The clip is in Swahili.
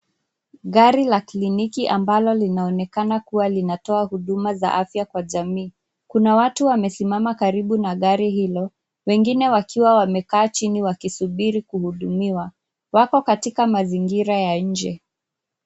Gari la kliniki ambalo linaonekana kuwa linatoa huduma za afya kwa jamii. Kuna watu wamesimama karibu na gari hilo, wengine wakiwa wamekaa chini wakisubiri kuhudumiwa. Wako katika mazingira ya nje.